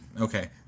Okay